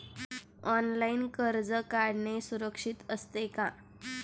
Online कर्ज काढणे सुरक्षित असते का?